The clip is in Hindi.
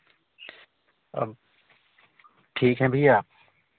ठीक हैं भैया